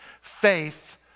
Faith